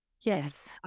Yes